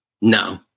no